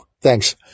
Thanks